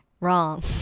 wrong